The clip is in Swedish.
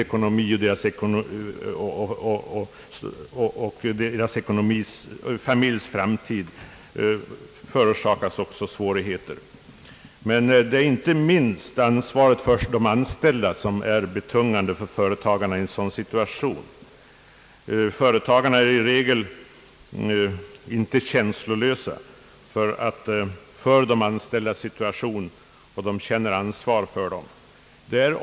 Deras egen och familjens framtid råkar i fara. Jag vet också att inte minst ansvaret för de anställda vilar tungt på företagarna i en sådan situation. Företagarna är i regel inte okänsliga för de anställdas problem utan känner ett starkt ansvar för dem.